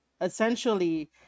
essentially